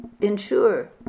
ensure